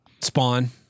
Spawn